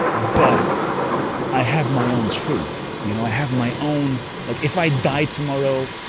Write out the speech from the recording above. but i have my own truth. you know i have my own. like if i died tomorrow,